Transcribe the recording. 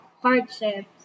hardships